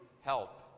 help